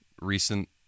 recent